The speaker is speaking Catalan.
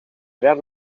haver